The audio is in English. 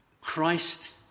Christ